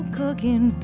cooking